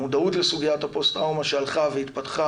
המודעות לסוגיית הפוסט טראומה שהלכה והתפתחה